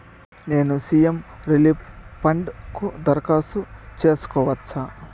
నేను CM relief fund కు దరఖాస్తు సేసుకోవచ్చా?